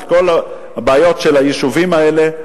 את כל הבעיות של היישובים האלה.